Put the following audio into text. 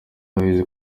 ndabizi